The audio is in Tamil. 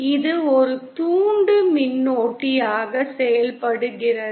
இது ஒரு தூண்டு மின்னோட்டியாக செயல்படுகிறது